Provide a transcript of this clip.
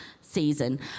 season